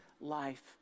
life